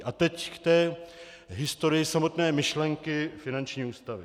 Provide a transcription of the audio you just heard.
A teď k historii samotné myšlenky finanční ústavy.